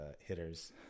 hitter's